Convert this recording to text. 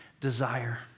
desire